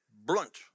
blunt